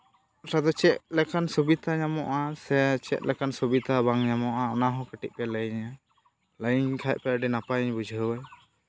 ᱨᱮᱫᱚ ᱪᱮᱫ ᱞᱮᱠᱟᱱ ᱥᱩᱵᱤᱫᱷᱟ ᱧᱟᱢᱚᱜᱼᱟ ᱥᱮ ᱪᱮᱫᱞᱮᱠᱟᱱ ᱥᱩᱵᱤᱫᱷᱟ ᱵᱟᱝ ᱧᱟᱢᱚᱜᱼᱟ ᱚᱱᱟᱦᱚᱸ ᱠᱟᱹᱴᱤᱡ ᱯᱮ ᱞᱟᱹᱭᱟᱹᱧᱟᱹ ᱞᱟᱹᱭᱟᱹᱧ ᱠᱷᱟᱡ ᱯᱮ ᱟᱹᱰᱤ ᱱᱟᱯᱟᱭᱤᱧ ᱵᱩᱡᱷᱟᱹᱣᱟᱹᱧ